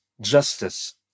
justice